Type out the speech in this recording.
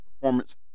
performance